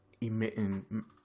emitting